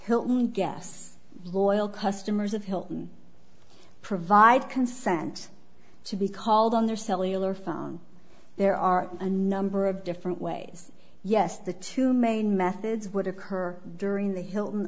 hilton guess loyal customers of hilton provide consent to be called under cellular phone there are a number of different ways yes the two main methods would occur during the hilton